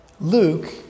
Luke